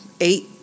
Eight